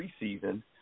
preseason